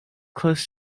close